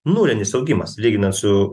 nulinis augimas lyginant su